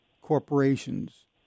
corporations